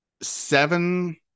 seven